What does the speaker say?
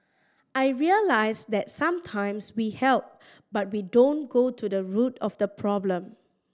I realised that sometimes we help but we don't go to the root of the problem